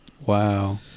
Wow